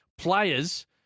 players